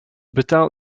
betaalt